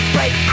Break